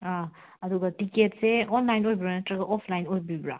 ꯑꯗꯨꯒ ꯇꯤꯀꯦꯠꯁꯦ ꯑꯣꯟꯂꯥꯏꯟ ꯑꯣꯏꯕ꯭ꯔꯥ ꯅꯠꯇ꯭ꯔꯒ ꯑꯣꯐꯂꯥꯏꯟ ꯑꯣꯏꯕꯤꯕ꯭ꯔꯥ